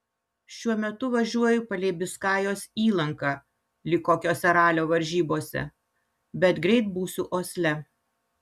šiuo metu važiuoju palei biskajos įlanką lyg kokiose ralio varžybose bet greit būsiu osle